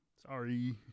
sorry